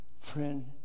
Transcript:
Friend